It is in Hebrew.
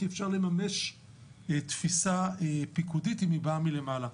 כי אפשר לממש תפיסה פיקודית אם היא באה מלמעלה.